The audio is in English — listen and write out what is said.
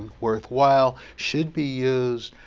worthwhile, should be used,